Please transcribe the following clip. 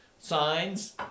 signs